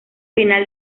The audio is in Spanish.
final